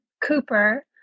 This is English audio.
Cooper